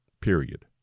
period